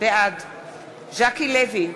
בעד ז'קי לוי,